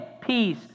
peace